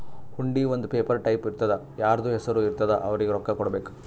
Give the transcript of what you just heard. ಹುಂಡಿ ಒಂದ್ paper type ಇರ್ತುದಾ ಯಾರ್ದು ಹೆಸರು ಇರ್ತುದ್ ಅವ್ರಿಗ ರೊಕ್ಕಾ ಕೊಡ್ಬೇಕ್